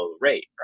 rate